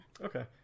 Okay